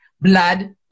Blood